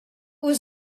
was